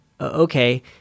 okay